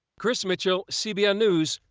chris mitchell, cbn news,